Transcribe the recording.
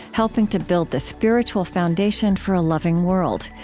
helping to build the spiritual foundation for a loving world.